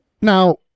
Now